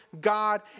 God